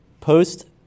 Post